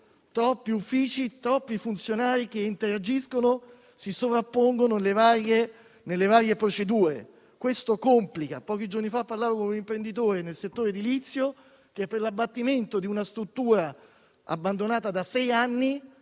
troppi uffici, troppi funzionari che interagiscono si sovrappongono nelle varie procedure. Questo complica la situazione. Pochi giorni fa parlavo con un imprenditore del settore edilizio che, per l'abbattimento di una struttura abbandonata da trent'anni